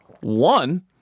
One